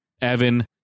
Evan